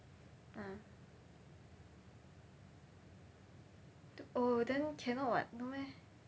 mm oh then cannot [what] no meh